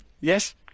Yes